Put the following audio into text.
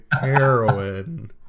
Heroin